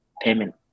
payment